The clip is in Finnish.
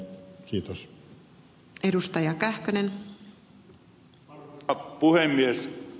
arvoisa puhemies